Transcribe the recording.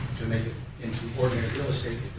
to make it into ordinary real estate